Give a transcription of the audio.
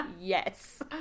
Yes